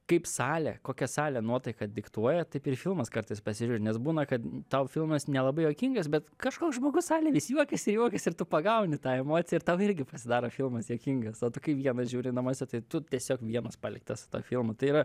kaip salė kokią salė nuotaiką diktuoja taip ir filmas kartais pasižiūri nes būna kad n tau filmas nelabai juokingas bet kažkoks žmogus salėj vis juokiasi juokiasi ir tu pagauni tą emociją ir tau irgi pasidaro filmas juokingas o tu kai vienas žiūri namuose tai tu tiesiog vienas paliktas su tuo filmu tai yra